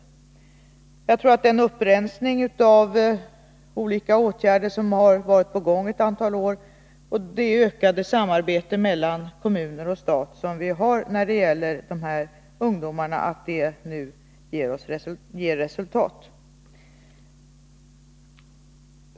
Jag tror att den upprensning av olika åtgärder som varit på gång ett antal år och det ökade samarbete mellan kommunerna och staten som vi har när det gäller dessa ungdomar nu ger resultat.